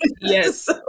yes